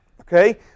Okay